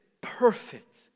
perfect